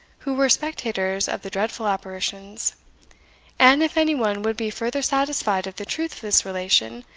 who were spectators of the dreadful apparitions and if any one would be further satisfied of the truth of this relation,